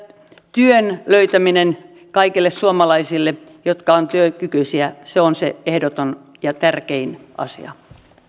työn löytäminen kaikille suomalaisille jotka ovat työkykyisiä on se ehdoton ja tärkein asia